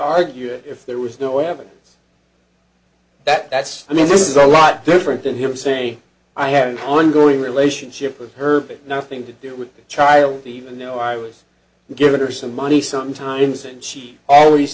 argue it if there was no evidence that that's i mean this is a lot different than hearsay i have ongoing relationship with her but nothing to do with the child even though i was giving her some money sometimes and she always